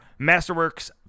Masterworks